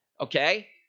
okay